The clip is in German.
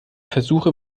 versuche